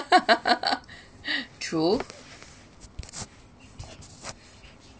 true